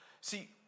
See